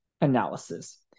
analysis